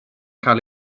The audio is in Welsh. cael